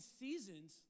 seasons